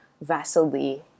Vasily